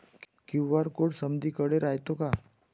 QR code समदीकडे रायतो का?